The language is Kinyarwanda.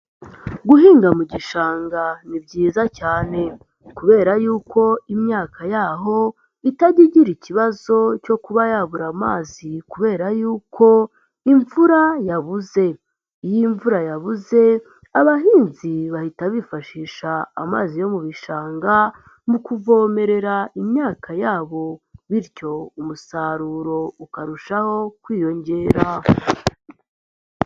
Guhinga mu gishanga ni byiza cyane kubera yuko imyaka yaho, itajya igira ikibazo cyo kuba yabura amazi kubera yuko imvura yabuze, iyo imvura yabuze, abahinzi bahita bifashisha amazi yo mu bishanga, mu kuvomerera imyaka yabo, bityo umusaruro ukarushaho kwiyongera.